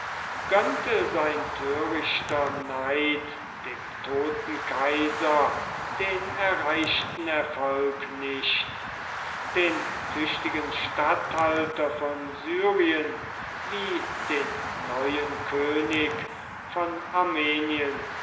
gönnte sein törichter neid dem toten kaiser den erreichten erfolg nicht den tüchtigen statthalter von syrien wie den neuen könig von armenien